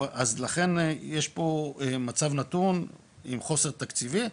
ולכן יש פה מצב נתון עם חוסר תקציבי,